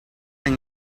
and